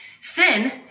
sin